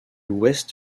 ouest